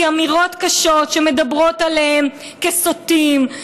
כי אמירות קשות שמדברות עליהם כסוטים,